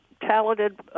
talented